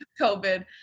COVID